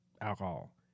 alcohol